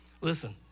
listen